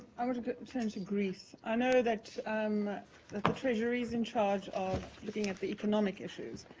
i want to turn to greece. i know that um that the treasury's in charge of looking at the economic issues,